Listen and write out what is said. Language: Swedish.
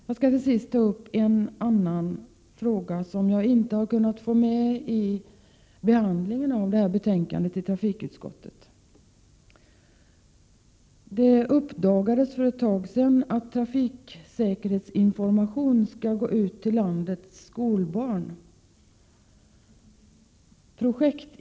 Jag skall till sist ta upp en annan fråga, som jag inte kunnat få med i utskottsbehandlingen vid detta tillfälle. Det uppdagades för ett tag sedan att trafiksäkerhetsinformation skall gå ut till landets skolbarn.